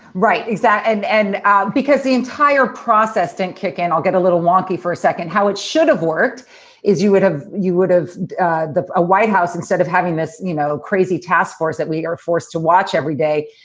right, exactly. and and ah because the entire process didn't kick in, i'll get a little wonky for a second. how it should have worked is you would have you would have a white house instead of having this you know crazy task force that we are forced to watch every day,